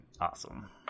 Awesome